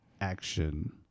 action